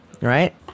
right